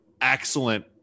excellent